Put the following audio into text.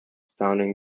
founding